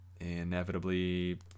Inevitably